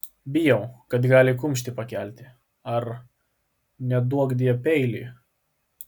bijau kad gali kumštį pakelti ar neduokdie peilį